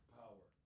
power